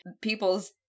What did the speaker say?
people's